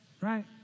right